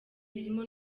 birimo